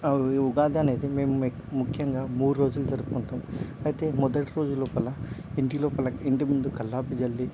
ఉగాది అనేది మేం ముఖ్యంగా మూడు రోజులు జరుపుకుంటాం అయితే మొదటి రోజు లోపల ఇంటి లోపల ఇంటి ముందు కల్లాపు జల్లి